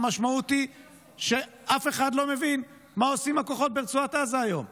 המשמעות היא שאף אחד לא מבין מה עושים הכוחות ברצועת עזה היום.